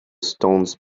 stones